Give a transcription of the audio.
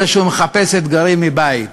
הרי שהוא מחפש אתגרים מבית.